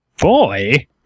Boy